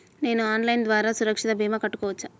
నేను ఆన్లైన్ ద్వారా సురక్ష భీమా కట్టుకోవచ్చా?